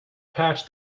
patch